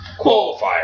qualifier